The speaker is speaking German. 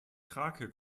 krake